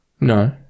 No